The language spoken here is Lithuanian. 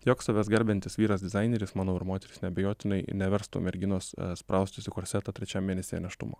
joks savęs gerbiantis vyras dizaineris manau ir moteris neabejotinai neverstų merginos spraustis į korsetą trečiam mėnesyje nėštumo